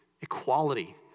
Equality